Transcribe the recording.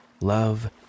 love